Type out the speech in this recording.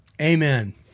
Amen